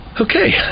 Okay